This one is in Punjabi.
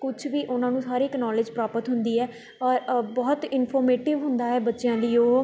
ਕੁਛ ਵੀ ਉਹਨਾਂ ਨੂੰ ਹਰ ਇੱਕ ਨੌਲੇਜ ਪ੍ਰਾਪਤ ਹੁੰਦੀ ਹੈ ਔਰ ਬਹੁਤ ਇਨਫੋਰਮੇਟਿਵ ਹੁੰਦਾ ਹੈ ਬੱਚਿਆਂ ਲਈ ਉਹ